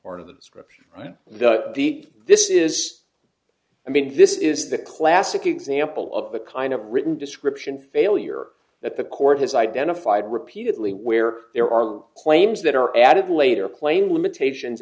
of the description the deed this is i mean this is a classic example of the kind of written description failure that the court has identified repeatedly where there are claims that are added later claim limitations